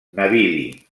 navili